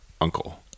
uncle